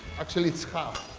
actually, it's half,